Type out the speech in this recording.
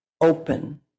open